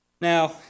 Now